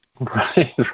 Right